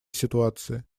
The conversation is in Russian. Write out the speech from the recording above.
ситуации